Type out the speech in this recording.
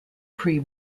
pre